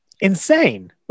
insane